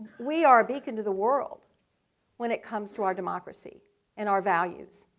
we are a beacon to the world when it comes to our democracy and our values.